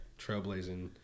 trailblazing